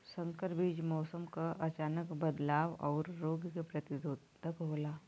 संकर बीज मौसम क अचानक बदलाव और रोग के प्रतिरोधक होला